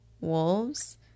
wolves